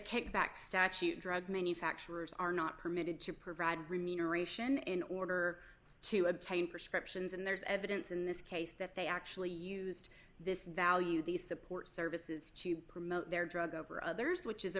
kickback statute drug manufacturers are not permitted to provide remuneration in order to obtain prescriptions and there's evidence in this case that they actually used this value these support services to promote their drug over others which is a